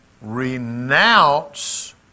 renounce